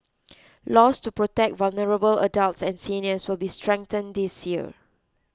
laws to protect vulnerable adults and seniors will be strengthened this year